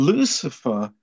Lucifer